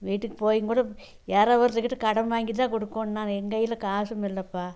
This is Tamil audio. வீட்டுக்கு போயிங்கூட யாராவது ஒருத்தங்கிட்டே கடன் வாங்கிதான் குடுக்கணும் நான் எங்கையில் காசுமில்லைப்பா